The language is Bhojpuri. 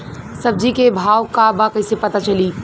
सब्जी के भाव का बा कैसे पता चली?